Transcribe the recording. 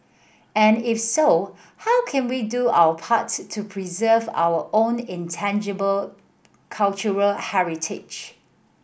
and if so how can we do our part to preserve our own intangible cultural heritage